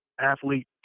athlete